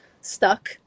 stuck